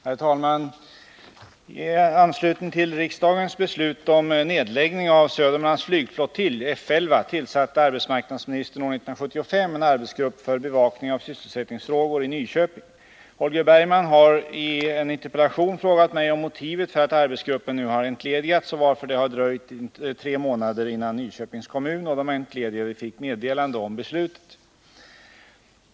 Herr talman! I anslutning till riksdagens beslut om nedläggning av Södermanlands flygflottilj F 11 tillsatte arbetsmarknadsministern år 1975 en arbetsgrupp för bevakning av sysselsättningsfrågor i Nyköping. Holger Bergman har i en interpellation frågat mig om motivet för att arbetsgruppen nu har entledigats och varför det har dröjt tre månader innan Nyköpings kommun och de entledigade fick meddelande om beslutet.